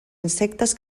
insectes